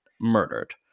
murdered